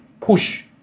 push